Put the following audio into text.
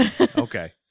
Okay